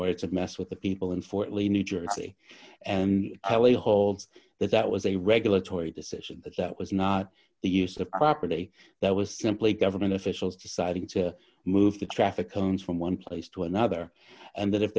order to mess with the people in fort lee new jersey and holds that that was a regulatory decision that was not the use of properly there was simply government officials deciding to move the traffic cones from one place to another and that if